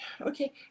Okay